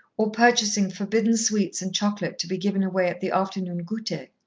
or purchasing forbidden sweets and chocolate to be given away at the afternoon gouter.